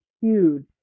huge